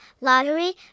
lottery